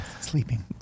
Sleeping